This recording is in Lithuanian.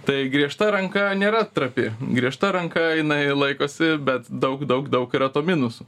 tai griežta ranka nėra trapi griežta ranka jinai laikosi bet daug daug daug yra to minusų